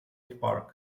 park